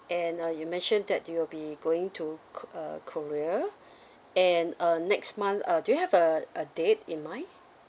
and uh you mentioned that you'll be going to ko~ uh korea and uh next month uh do you have a a date in mind